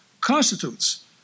constitutes